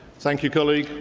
thank you, colleague.